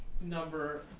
number